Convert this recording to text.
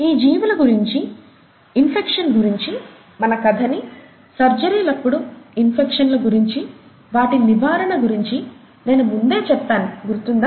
ఈ జీవుల గురించి ఇన్ఫెక్షన్ గురించి మన కథని సర్జరీలప్పుడు ఇన్ఫెక్షన్ ల గురించి వాటి నివారణ గురించి నేను ముందే చెప్పాను గుర్తుందా